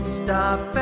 stop